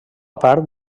part